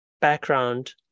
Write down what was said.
background